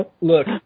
look